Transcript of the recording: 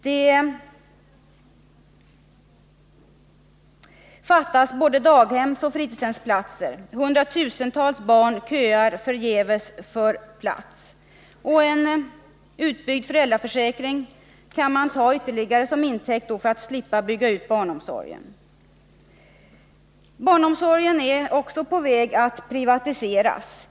Det fattas både daghemsoch fritidshemsplatser. Hundratusentals barn köar förgäves för plats, och en utbyggd föräldraförsäkring kan tas som ytterligare intäkt för att man skall slippa bygga ut barnomsorgen. Barnomsorgen är också på väg att privatiseras.